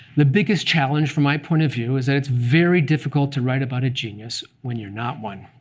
the biggest challenge from my point of view is that it's very difficult to write about a genius when you're not one.